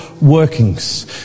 workings